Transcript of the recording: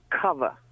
cover